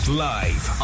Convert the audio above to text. live